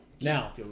Now